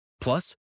Plus